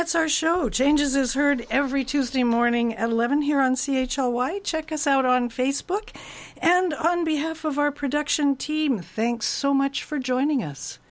that's our show changes as heard every tuesday morning at eleven here on c h l white check us out on facebook and on behalf of our production team thanks so much for joining us